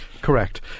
Correct